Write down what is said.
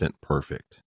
perfect